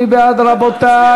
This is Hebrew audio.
מי בעד, רבותי?